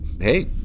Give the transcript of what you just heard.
hey